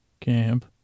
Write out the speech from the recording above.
camp